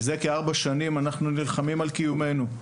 מזה כארבע שנים אנחנו נלחמים על קיומנו.